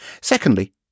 Secondly